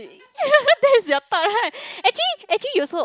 that is your type right actually actually you also